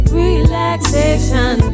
relaxation